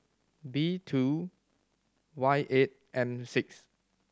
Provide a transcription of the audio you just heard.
B two Y eight M six